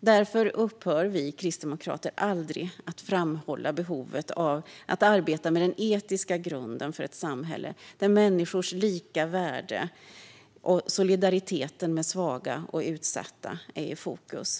Därför upphör vi kristdemokrater aldrig att framhålla behovet av att arbeta med den etiska grunden för ett samhälle där människors lika värde och solidariteten med svaga och utsatta är i fokus.